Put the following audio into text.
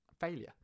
failure